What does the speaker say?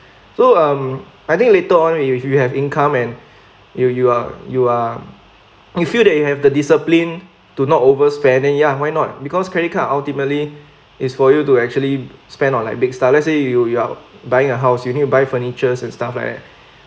so um I think later on you if you have income and you you are you are you feel that you have the discipline to not overspending ya why not because credit card are ultimately is for you to actually spend on like big stuff let's say you you're buying a house you need to buy furniture and stuff like that